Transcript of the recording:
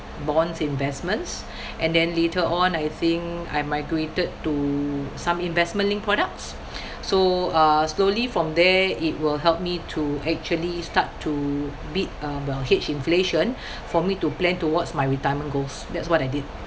bonds investments and then later on I think I migrated to some investment-linked products so uh slowly from there it will help me to actually start to beat uh the hedge inflation for me to plan towards my retirement goals that's what I did